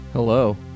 hello